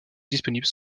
disponibles